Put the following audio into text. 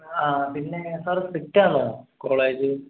ആ പിന്നെ സാർ സ്ട്രിക്റ്റാണോ കോളേജ്